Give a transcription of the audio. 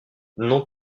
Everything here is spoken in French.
non